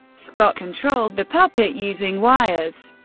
scott controlled the puppet using wires.